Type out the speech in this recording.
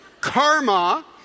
karma